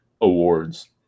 awards